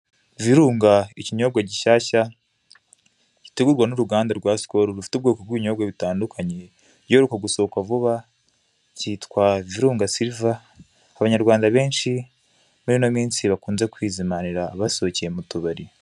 Virunga ikinyobwa gishyashya gitegurwa nuruganda rwa sikoro rufite ubwoko bw'ibinyobwa bitandukanye, igiheruka gusohoka vuba kitwa "virunga silver" abanyarwanda benshi murino minsi bakunze kwizimanira basohokeye mutubari.